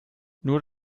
nur